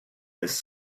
his